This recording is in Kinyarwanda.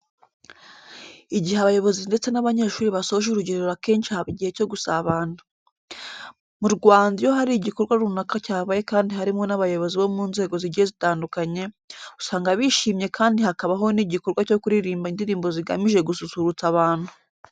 Igihe abayobozi ndetse n'abanyeshuri basoje urugerero akenshi habaho igihe cyo gusabana. Mu Rwanda iyo hari igikorwa runaka cyabaye kandi harimo n'abayobozi bo mu nzego zigiye zitandukanye, usanga bishimye kandi hakabaho n'igikorwa cyo kuririmba indirimbo zigamije gususurutsa abantu.